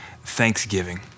thanksgiving